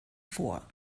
vor